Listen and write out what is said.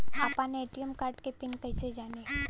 आपन ATM card के PIN कईसे जानी?